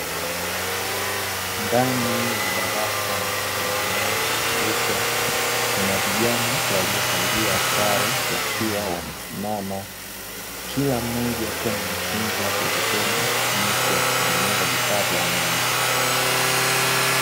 Ndani ya darasa lenye mwanga wa kutosha kuna vijana waliovalia sare, wakiwa wamesimama kila mmoja akiwa anajifunza kwa vitendo, jinsi ya kutengeneza vifaa vya umeme.